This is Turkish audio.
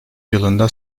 yılında